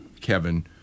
Kevin